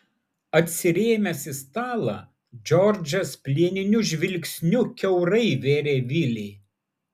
atsirėmęs į stalą džordžas plieniniu žvilgsniu kiaurai vėrė vilį